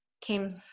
came